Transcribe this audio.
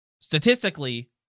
statistically